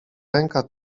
ręka